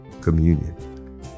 communion